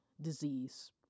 disease